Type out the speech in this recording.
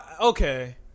okay